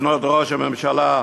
לפנות לראש הממשלה: